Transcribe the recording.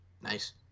nice